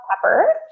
pepper